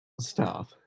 Stop